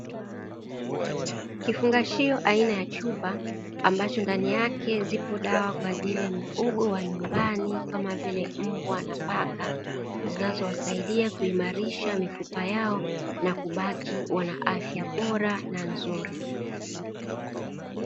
Kifungashio aina ya chupa ambacho ndani yake zipo dawa kwa ajili ya mifugo ya nyumbani kama vile mbwa na paka, zinazowasaidia kuimarisha mifupa yao na kubaki wana afya bora na nzuri.